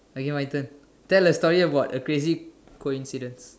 okay my turn tell a story about a crazy coincidence